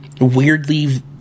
weirdly